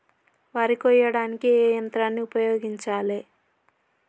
వరి కొయ్యడానికి ఏ యంత్రాన్ని ఉపయోగించాలే?